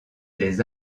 des